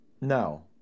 No